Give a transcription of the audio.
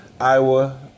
Iowa